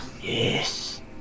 Yes